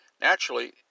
Naturally